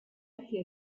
hacía